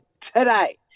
today